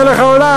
מלך העולם,